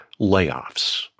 layoffs